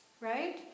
Right